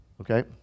Okay